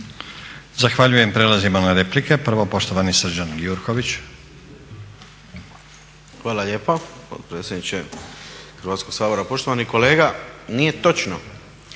Zahvaljujem. Prelazimo na replike. Prvo poštovani Srđan Gjurković. **Gjurković, Srđan (HNS)** Hvala lijepo potpredsjedniče Hrvatskog sabora. Poštovani kolega nije točno